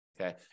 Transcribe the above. okay